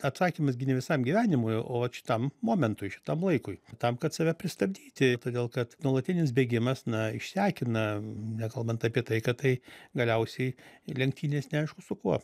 atsakymas visam gyvenimui o vat šitam momentui šitam laikui tam kad save pristabdyti todėl kad nuolatinis bėgimas na išsekina nekalbant apie tai kad tai galiausiai lenktynės neaišku su kuo